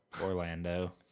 Orlando